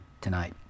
tonight